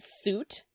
suit